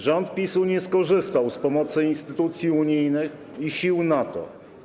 Rząd PiS-u nie skorzystał z pomocy instytucji unijnych i sił NATO.